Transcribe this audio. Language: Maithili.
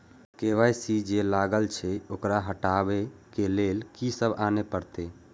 के.वाई.सी जे लागल छै ओकरा हटाबै के लैल की सब आने परतै?